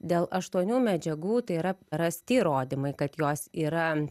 dėl aštuonių medžiagų tai yra rasti įrodymai kad jos yra